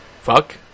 Fuck